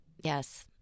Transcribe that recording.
Yes